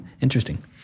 interesting